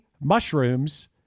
mushrooms